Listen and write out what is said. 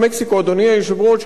יש טעות מסוימת,